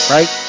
Right